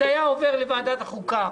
זה היה עובר לוועדת החוקה.